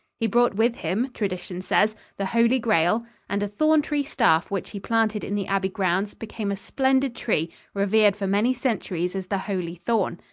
he brought with him, tradition says, the holy grail and a thorn-tree staff which he planted in the abbey grounds became a splendid tree, revered for many centuries as the holy thorn.